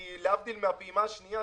כי להבדיל מהפעימה השנייה,